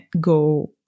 go